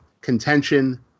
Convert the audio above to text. contention